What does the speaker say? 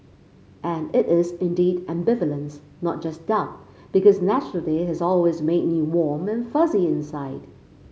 and it is indeed ambivalence not just doubt because National Day has always made me warm and fuzzy inside